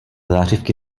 zářivky